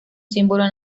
símbolo